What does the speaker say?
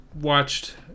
watched